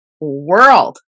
world